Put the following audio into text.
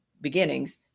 beginnings